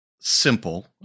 simple